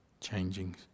changing